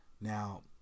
Now